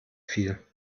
viel